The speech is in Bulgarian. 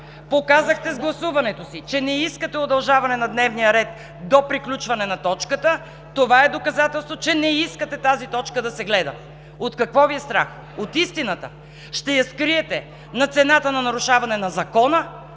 Показахте с гласуването си, че не искате удължаване на дневния ред до приключване на точката. Това е доказателство, че не искате тази точка да се гледа. От какво Ви е страх? От истината? Ще я скриете на цената на нарушаване на Закона,